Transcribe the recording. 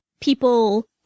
people